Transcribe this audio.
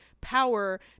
power